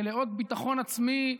מלאות ביטחון עצמי.